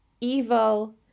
evil